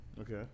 Okay